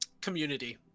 community